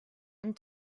and